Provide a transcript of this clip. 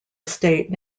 estate